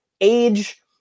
age